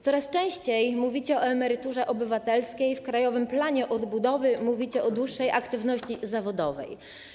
Coraz częściej mówicie o emeryturze obywatelskiej, w Krajowym Planie Odbudowy mówicie o dłuższej aktywności zawodowej.